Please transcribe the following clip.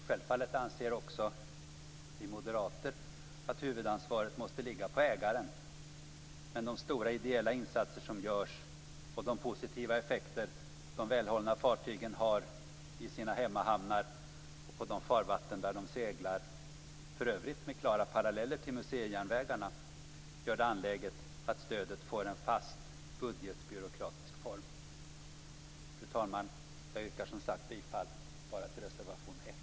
Självfallet anser också vi moderater att huvudansvaret måste ligga på ägaren men de stora ideella insatser som görs och de positiva effekter som de välhållna fartygen har i sina hemmahamnar och på de farvatten där de seglar - för övrigt med klara paralleller till museijärnvägarna - gör det angeläget att stödet får en fast budgetbyråkratisk form. Fru talman! Jag yrkar, som sagt, bifall bara till reservation 1.